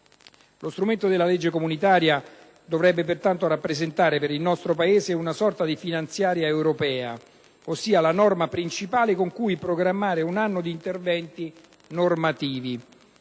Lo strumento della legge comunitaria dovrebbe pertanto rappresentare, per il nostro Paese, una sorta di finanziaria europea, ossia lo strumento principale con cui programmare un anno di interventi normativi.